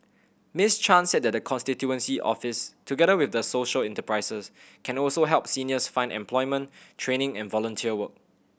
Miss Chan said the constituency office together with social enterprises can also help seniors find employment training and volunteer work